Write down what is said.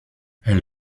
elle